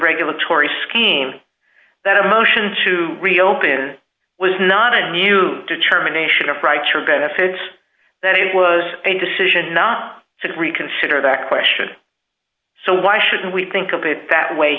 regulatory scheme that a motion to reopen was not a new determination of rights or benefits that it was a decision not to reconsider the question so why should we think of it that way